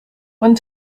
one